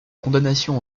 condamnation